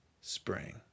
spring